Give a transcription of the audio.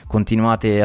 Continuate